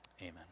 Amen